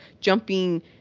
jumping